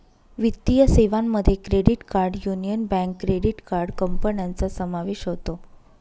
वित्तीय सेवांमध्ये credit card Union Bank credit card कंपन्यांचा समावेश होतो